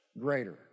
greater